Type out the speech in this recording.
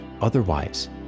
Otherwise